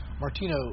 Martino